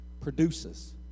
produces